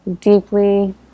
deeply